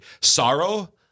sorrow